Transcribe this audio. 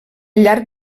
llarg